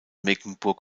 mecklenburg